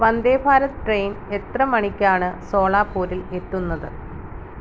Vande Bharat train എത്ര മണിക്കാണ് സോളാപ്പൂരിൽ എത്തുന്നത്